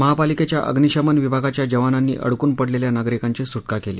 महापालिक्ख्या अग्निशमन विभागाच्या जवानांनी अडकून पडलखा नागरिकांची सुटका क्ली